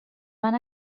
van